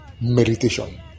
Meditation